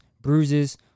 bruises